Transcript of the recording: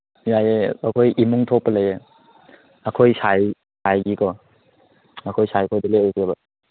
ꯌꯥꯏꯌꯦ ꯑꯩꯈꯣꯏ ꯏꯃꯨꯡ ꯊꯣꯛꯄ ꯂꯩꯌꯦ ꯑꯩꯈꯣꯏ ꯁꯥꯏ ꯁꯥꯏꯒꯤꯀꯣ ꯑꯩꯈꯣꯏ ꯁꯥꯏꯈꯣꯏꯗ ꯂꯦꯛꯎꯁꯦꯕ